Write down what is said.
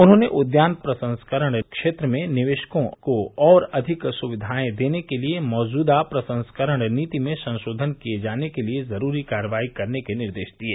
उन्होंने उद्यान प्रसंस्करण क्षेत्र में निवेशकों को और अधिक सुविधायें देने के लिये मौजूदा प्रसंस्करण नीति में संशोधन किये जाने के लिये जरूरी कार्रवाई किये जाने के निर्देश दिये